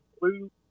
blue